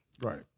Right